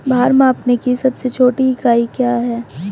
भार मापने की सबसे छोटी इकाई क्या है?